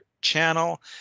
channel